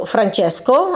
Francesco